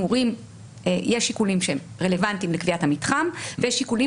ויש שיקולים שהם רלוונטיים לקביעת המתחם ויש שיקולים